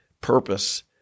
purpose